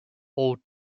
old